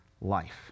life